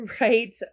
Right